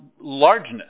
largeness